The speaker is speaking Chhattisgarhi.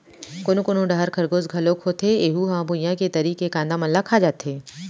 कोनो कोनो डहर खरगोस घलोक होथे ऐहूँ ह भुइंया के तरी के कांदा मन ल खा जाथे